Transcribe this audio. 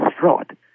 fraud